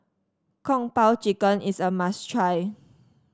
Kung Po Chicken is a must try